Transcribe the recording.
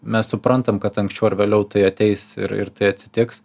mes suprantam kad anksčiau ar vėliau tai ateis ir ir tai atsitiks